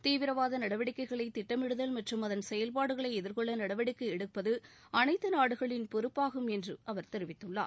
தீவிரவாத நடவடிக்கைகளை திட்டமிடுதல் மற்றும் அதன் செயல்பாடுகளை எதிர்கொள்ள நடவடிக்கை எடுப்பது அனைத்து நாடுகளின் பொறுப்பாகும் என்று அவர் தெரிவித்துள்ளார்